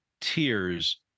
tears